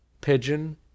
pigeon